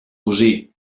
cosí